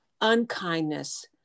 unkindness